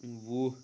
وُہ